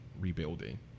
rebuilding